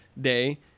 day